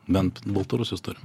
bent baltarusius turim